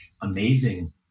amazing